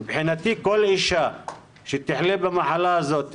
מבחינתי כל אישה שתחלה במחלה הזאת,